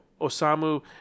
Osamu